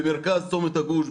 במרכז צומת הגוש,